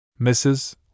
Mrs